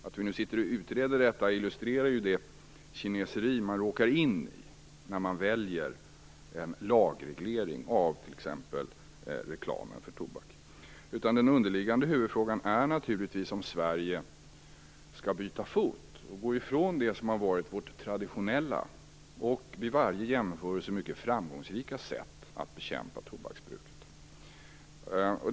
Att vi nu sitter och utreder detta illustrerar det kineseri man råkar in i när man väljer en lagreglering av t.ex. reklamen för tobak. Den underliggande huvudfrågan är naturligtvis om Sverige skall byta fot och gå ifrån det som har varit vårt traditionella och vid varje jämförelse mycket framgångsrika sätt att bekämpa tobaksbruket.